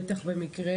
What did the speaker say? בטח במקרה